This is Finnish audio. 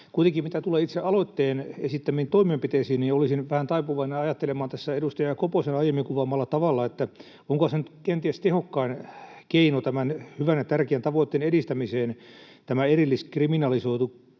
Kuitenkin, mitä tulee itse aloitteen esittämiin toimenpiteisiin, olisin vähän taipuvainen ajattelemaan tässä edustaja Koposen aiemmin kuvaamalla tavalla, että onkohan tämä kouluväkivallan tai koulukiusaamisen erilliskriminalisointi